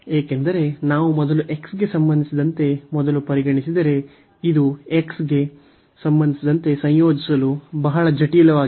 ಏಕೆಂದರೆ ನಾವು ಮೊದಲು x ಗೆ ಸಂಬಂಧಿಸಿದಂತೆ ಮೊದಲು ಪರಿಗಣಿಸಿದರೆ ಇದು x ಗೆ ಸಂಬಂಧಿಸಿದಂತೆ ಸಂಯೋಜಿಸಲು ಬಹಳ ಜಟಿಲವಾಗಿದೆ